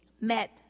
met